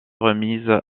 remises